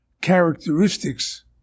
characteristics